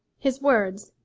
his words,